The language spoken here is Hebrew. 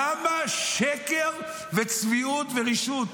כמה שקר, צביעות ורשעות?